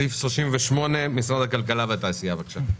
סעיף 38 משרד הכלכלה והתעשייה, בבקשה.